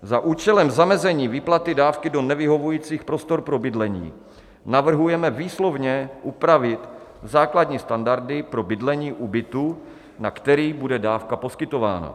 Za účelem zamezení výplaty dávky do nevyhovujících prostor pro bydlení navrhujeme výslovně upravit základní standardy pro bydlení u bytu, na který bude dávka poskytována.